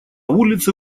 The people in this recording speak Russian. улице